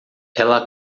ela